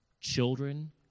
Children